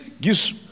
gives